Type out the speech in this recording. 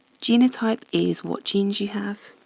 genotype is what genes you have.